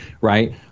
right